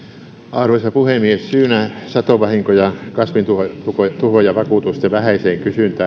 arvoisa puhemies syynä satovanhinko ja kasvintuhoojavakuutusten vähäiseen kysyntään